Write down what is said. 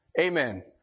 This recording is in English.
amen